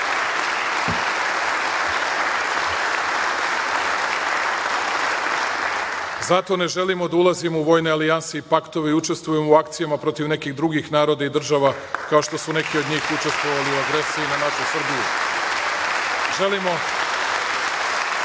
Zato ne želimo da ulazimo u vojne alijanse i paktove i učestvujemo u akcijama protiv nekih drugih naroda i država, kao što su neki od njih učestvovali u agresiji na našu Srbiju. Želimo